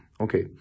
okay